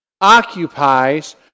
occupies